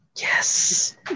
Yes